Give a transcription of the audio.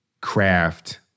craft